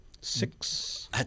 Six